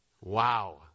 Wow